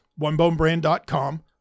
onebonebrand.com